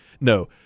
no